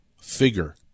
figure